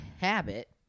habit